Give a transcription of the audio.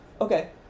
Okay